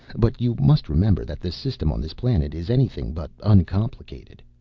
but you must remember that the system on this planet is anything but uncomplicated.